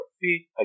feet